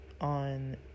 on